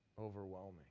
Overwhelming